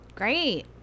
Great